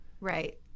Right